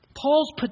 Paul's